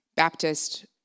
Baptist